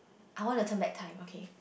I want to turn back time okay